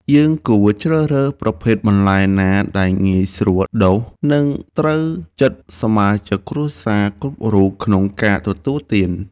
យើងគួរជ្រើសរើសប្រភេទបន្លែណាដែលងាយស្រួលដុះ និងត្រូវចិត្តសមាជិកគ្រួសារគ្រប់រូបក្នុងការទទួលទាន។